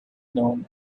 known